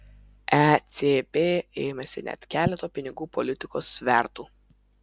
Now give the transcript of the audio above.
ecb ėmėsi net keleto pinigų politikos svertų